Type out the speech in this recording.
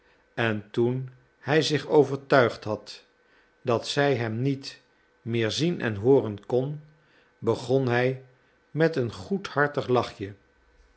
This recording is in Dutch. en toen hij zich overtuigd had dat zij hem niet meer zien en hooren kon begon hij met een goedhartig lachje